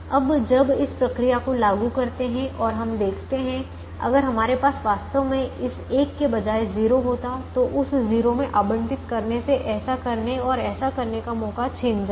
अब जब हम इस प्रक्रिया को लागू करते हैं और हम देखते हैं अगर हमारे पास वास्तव में इस एक के बजाय 0 होता तो उस 0 में आवंटित करने से ऐसा करने और ऐसा करने का मौका छीन जाता